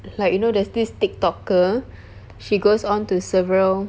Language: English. like you know there's TikTok girl she goes on to several